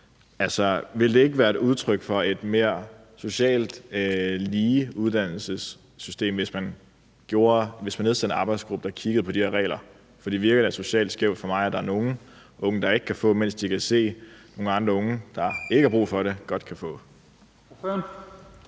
jo. Ville det ikke være et udtryk for et mere socialt lige uddannelsessystem, hvis man nedsatte en arbejdsgruppe, der kiggede på de her regler? For det virker da socialt skævt på mig at der er nogle unge, der ikke kan få, mens de kan se, at andre unge, som ikke har brug for det, godt kan få.